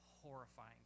horrifying